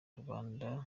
rubanda